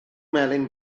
melyn